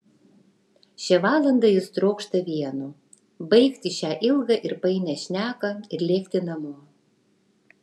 šią valandą jis trokšta vieno baigti šią ilgą ir painią šneką ir lėkti namo